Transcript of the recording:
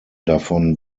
davon